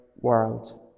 world